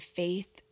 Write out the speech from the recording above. faith